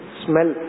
smell